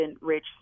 rich